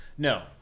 No